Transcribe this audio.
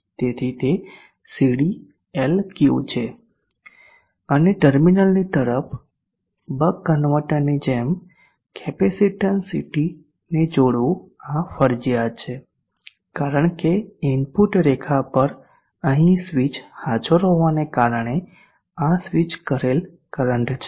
તેથી તે C D L Q છે અને ટર્મિનલની તરફ બક કન્વર્ટરની જેમ કેપેસિટીન્સ CT ને જોડવું આ ફરજિયાત છે કારણ કે ઇનપુટ રેખા પર અહીં સ્વીચ હાજર હોવાને કારણે આ સ્વિચ કરેલ કરંટ છે